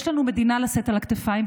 יש לנו מדינה לשאת על הכתפיים.